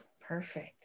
perfect